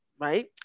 right